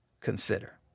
consider